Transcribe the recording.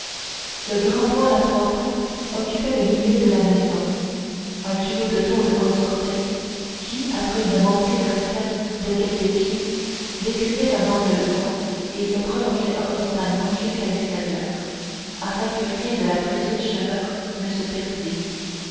le grand poêle à trois ponts occupait le milieu de la maison un tuyau de tôle en sortait qui après une montée verticale de quelques pieds décrivait un angle droit et se prolongeait horizontalement jusqu'à l'extérieur afin que rien de la précieuse chaleur ne se perdît